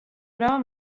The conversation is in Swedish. bra